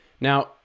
Now